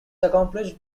accomplished